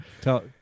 Tell